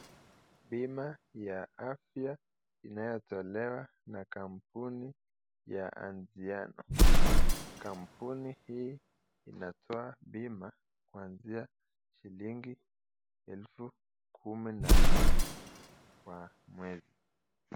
Bima ya afya inayotolewa na kampuni ya Anziano, kampuni hii inatoa bima kuanzia shilingi elfu kumi na nne kwa mwezi.